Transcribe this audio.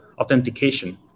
authentication